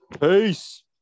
Peace